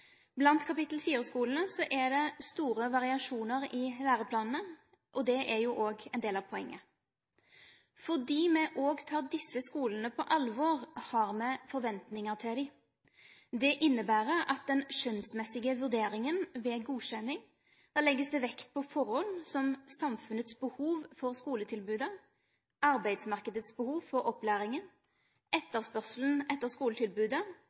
Blant kapittel 4-skolene er det store variasjoner i læreplanene, og det er jo også en del av poenget. Fordi vi også tar disse skolene på alvor, har vi forventninger til dem. Det innebærer at det ved den skjønnsmessige vurderingen ved godkjenning legges vekt på forhold som samfunnets behov for skoletilbudet, arbeidsmarkedets behov for opplæringen, etterspørselen etter skoletilbudet